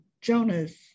Jonas